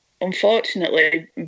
unfortunately